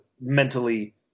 mentally